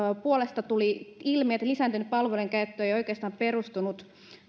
puolesta tuli ilmi että lisääntynyt palvelujen käyttö ei oikeastaan perustunut